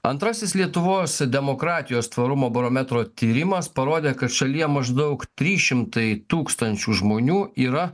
antrasis lietuvos demokratijos tvarumo barometro tyrimas parodė kad šalyje maždaug trys šimtai tūkstančių žmonių yra